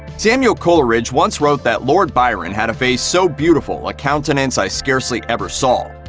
samuel coleridge once wrote that lord byron had a face so beautiful, a countenance i scarcely ever saw.